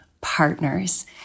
partners